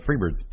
Freebirds